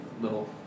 little